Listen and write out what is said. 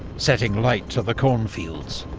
setting light to the cornfields.